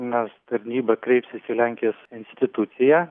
nes tarnyba kreipsis į lenkijos instituciją